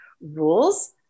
rules